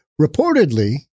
reportedly